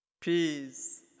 Peace